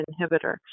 inhibitor